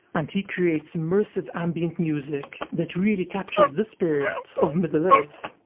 and he creates immersive ambient music that really captures the spirit of middle-earth.